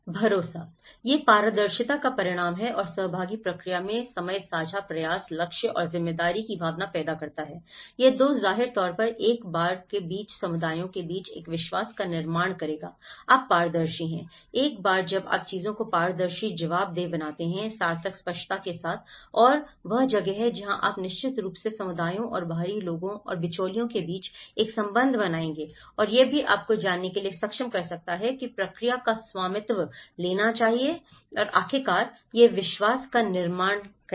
भरोसा यह पारदर्शिता का परिणाम है और सहभागी प्रक्रिया में समय साझा प्रयास लक्ष्य और जिम्मेदारी की भावना पैदा करता है यह 2 जाहिर तौर पर एक बार के बीच समुदायों के बीच एक विश्वास का निर्माण करेगा आप पारदर्शी हैं एक बार जब आप चीजों को पारदर्शी जवाबदेह बनाते हैं सार्थक स्पष्टता के साथ और वह वह जगह है जहां आप निश्चित रूप से समुदायों और बाहरी लोगों और बिचौलियों के बीच एक संबंध बनाएंगे और यह भी आपको यह जानने के लिए सक्षम कर सकता है कि प्रक्रिया का स्वामित्व लेना चाहिए और आखिरकार यह विश्वास का निर्माण करेगा